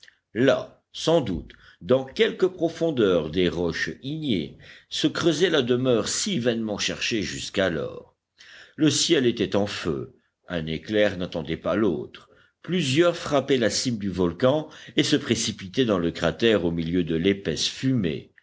là sans doute dans quelque profondeur des roches ignées se creusait la demeure si vainement cherchée jusqu'alors le ciel était en feu un éclair n'attendait pas l'autre plusieurs frappaient la cime du volcan et se précipitaient dans le cratère au milieu de l'épaisse fumée